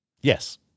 Yes